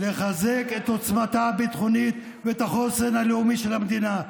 לחזק את עוצמתה הביטחונית ואת החוסן הלאומי של המדינה.